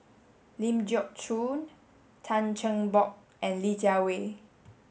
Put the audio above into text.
Ling Geok Choon Tan Cheng Bock and Li Jiawei